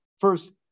First